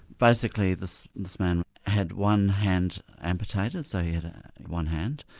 basically this and this man had one hand amputated, so he had one hand,